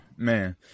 man